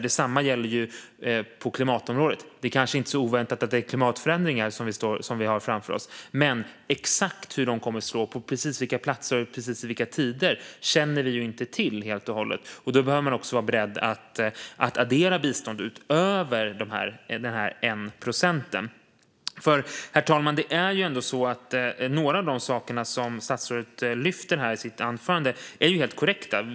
Detsamma gäller på klimatområdet. Det är kanske inte så oväntat att det är klimatförändringar som vi har framför oss, men exakt hur de kommer att slå, på vilka platser och tider, känner vi inte till. Då behöver man vara beredd att addera bistånd utöver 1 procent. Herr talman! Några av de saker som statsrådet lyfte upp i sitt anförande är helt korrekta.